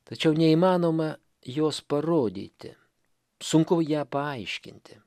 tačiau neįmanoma jos parodyti sunku ją paaiškinti